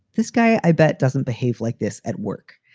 this guy, i bet doesn't behave like this at work.